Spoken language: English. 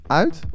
uit